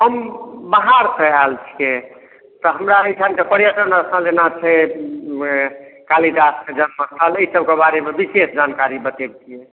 हम बाहर से आयल छियै तऽ हमरा एहिठामक पर्यटन स्थल जेना छै कालीदासके जन्म स्थल एहि सभकेँ बारेमे विशेष जानकारी बतेबतियै